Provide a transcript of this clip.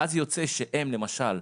ואז יוצא שהם, למשל,